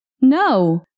No